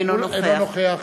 אינו נוכח